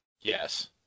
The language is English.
Yes